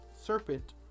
Serpent